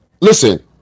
Listen